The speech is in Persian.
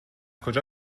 کجا